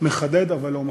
מחדד אבל לא מפריד.